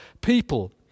people